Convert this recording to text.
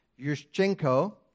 Yushchenko